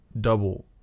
double